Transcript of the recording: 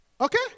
Okay